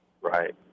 Right